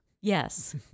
Yes